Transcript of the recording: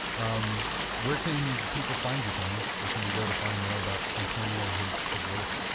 um where can people find you tony, where can they go to find more about antonio and his his work?